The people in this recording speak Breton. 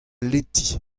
leti